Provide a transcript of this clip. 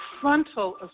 frontal